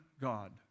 God